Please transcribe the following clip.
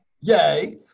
Yay